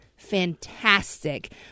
fantastic